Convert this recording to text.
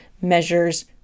measures